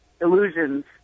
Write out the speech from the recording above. illusions